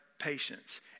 patience